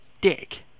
dick